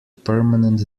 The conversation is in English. permanent